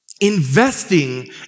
investing